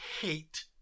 hate